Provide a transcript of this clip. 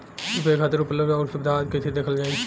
UPI खातिर उपलब्ध आउर सुविधा आदि कइसे देखल जाइ?